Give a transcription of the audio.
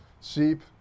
sheep